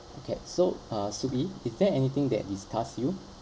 okay so uh soo ee is there anything that disgusts you